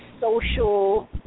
social